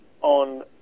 on